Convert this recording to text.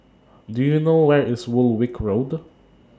Do YOU know Where IS Woolwich Road